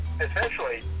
essentially